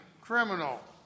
criminal